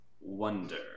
wonder